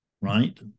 right